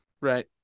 Right